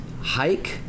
hike